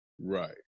right